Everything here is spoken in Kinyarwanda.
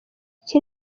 iki